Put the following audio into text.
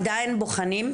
עדיין בוחנים?